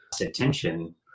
attention